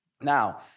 Now